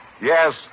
Yes